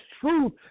truth